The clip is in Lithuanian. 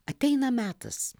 ateina metas